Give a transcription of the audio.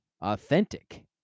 Authentic